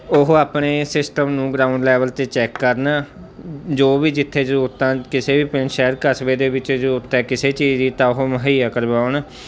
ਉਹ ਆਪਣੇ ਸਿਸਟਮ ਨੂੰ ਗਰਾਊਂਡ ਲੈਵਲ 'ਤੇ ਚੈੱਕ ਕਰਨ ਜੋ ਵੀ ਜਿੱਥੇ ਜ਼ਰੂਰਤਾਂ ਕਿਸੇ ਵੀ ਪਿੰਡ ਸ਼ਹਿਰ ਕਸਬੇ ਦੇ ਵਿੱਚ ਜ਼ਰੂਰਤ ਹੈ ਕਿਸੇ ਚੀਜ਼ ਦੀ ਤਾਂ ਉਹ ਮੁਹੱਈਆ ਕਰਵਾਉਣ